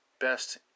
best